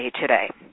today